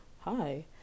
Hi